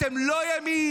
אתם לא ימין,